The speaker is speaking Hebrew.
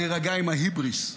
להירגע עם ההיבריס,